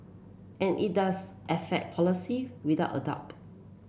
and it does affect policy without a doubt